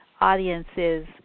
audiences